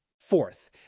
Fourth